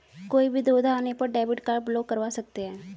कोई भी दुविधा आने पर डेबिट कार्ड ब्लॉक करवा सकते है